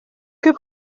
que